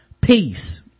Peace